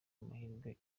amahirwe